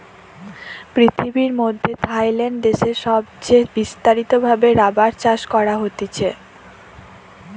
পৃথিবীর মধ্যে থাইল্যান্ড দেশে সবচে বিস্তারিত ভাবে রাবার চাষ করা হতিছে